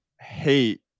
hate